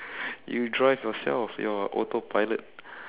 you drive yourself you're autopilot